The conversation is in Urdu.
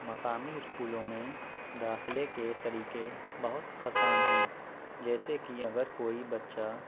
مقامی اسکولوں میں داخلے کے طریقے بہت آسان ہیں جیسے کہ اگر کوئی بچہ